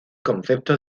concepto